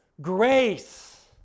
grace